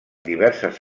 diverses